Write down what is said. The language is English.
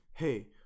Hey